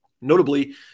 Notably